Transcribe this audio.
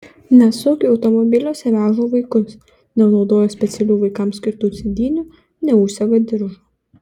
nesaugiai automobiliuose veža vaikus nenaudoja specialių vaikams skirtų sėdynių neužsega diržo